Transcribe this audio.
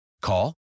Call